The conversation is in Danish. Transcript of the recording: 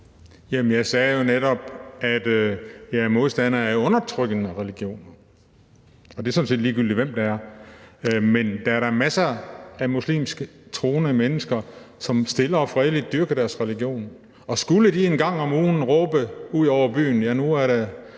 jeg sagde jo netop, at jeg er modstander af undertrykkende religioner, og det er sådan set, ligegyldigt hvem det er. Men der er da masser af muslimsk troende mennesker, som stille og fredeligt dyrker deres religion, og skulle de en gang om ugen råbe ud over byen, at nu er der